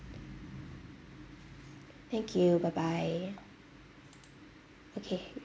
thank you bye bye okay